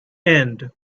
end